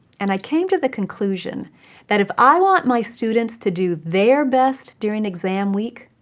and i came to the conclusion that if i want my students to do their best during exam week,